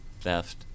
theft